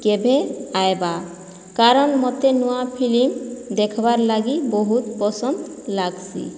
କେବେ ଆଇବା କାରଣ୍ ମୋତେ ନୂଆ ଫିଲିମ୍ ଦେଖ୍ବାର୍ ଲାଗି ବହୁତ୍ ପସନ୍ଦ୍ ଲାଗ୍ସି